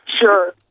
Sure